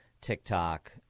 TikTok